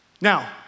Now